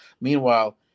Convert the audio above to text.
Meanwhile